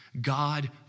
God